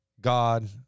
God